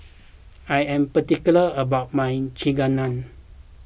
I am particular about my Chigenabe